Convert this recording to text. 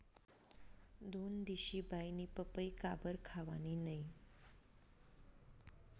दोनदिशी बाईनी पपई काबरं खावानी नै